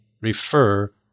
refer